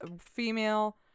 female